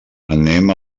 anem